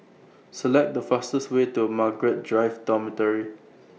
Select The fastest Way to Margaret Drive Dormitory